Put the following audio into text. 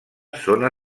zona